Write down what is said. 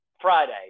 Friday